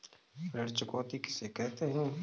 ऋण चुकौती किसे कहते हैं?